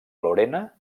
lorena